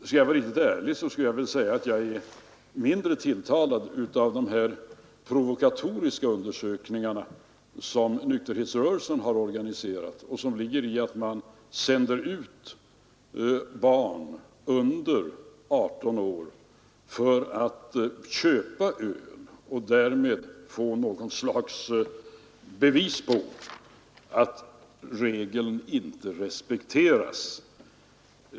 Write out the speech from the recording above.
Skall jag vara riktigt ärlig skall jag väl säga att jag är mindre tilltalad av de här provokatoriska undersökningarna som nykterhetsrörelsen har Organiserat och som består i att man sänder ut ungdomar under 18 år för att köpa öl och därmed få något slags bevis på att regeln inte respekteras.